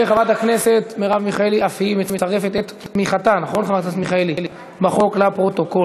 וחברת הכנסת מרב מיכאלי אף היא מצרפת את תמיכתה בחוק לפרוטוקול.